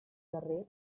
darrer